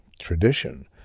tradition